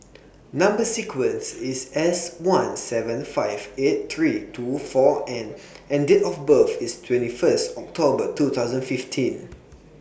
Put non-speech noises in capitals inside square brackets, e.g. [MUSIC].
[NOISE] Number sequence IS S one seven five eight three two four N and Date of birth IS twenty First October two thousand fifteen [NOISE]